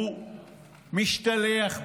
הוא משתלח בו.